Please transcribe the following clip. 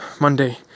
Monday